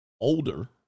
older